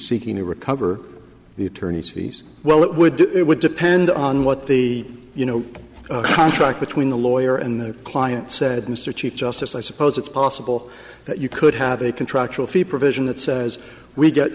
seeking to recover the attorney's fees well it would it would depend on what the you know contract between the lawyer and the client said mr chief justice i suppose it's possible that you could have a contractual fee provision that says we get